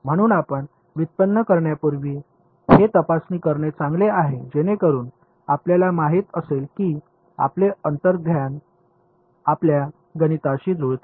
म्हणून आपण व्युत्पन्न करण्यापूर्वी हे तपासणी करणे चांगले आहे जेणेकरून आपल्याला माहित असेल की आपले अंतर्ज्ञान आपल्या गणिताशी जुळते